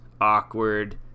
awkward